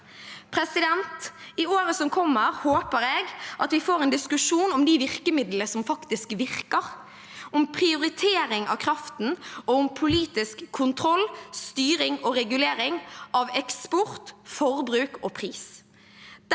vinteren. I året som kommer, håper jeg at vi får en diskusjon om de virkemidlene som faktisk virker, om prioritering av kraften og om politisk kontroll, styring og regulering av eksport, forbruk og pris.